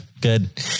Good